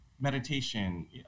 meditation